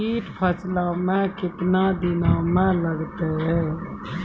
कीट फसलों मे कितने दिनों मे लगते हैं?